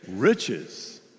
Riches